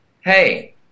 hey